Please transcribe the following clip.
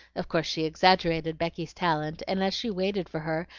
of course she exaggerated becky's talent, and as she waited for her,